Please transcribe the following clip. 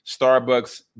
Starbucks